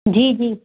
जी जी